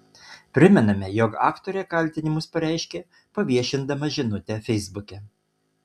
primename jog aktorė kaltinimus pareiškė paviešindama žinutę feisbuke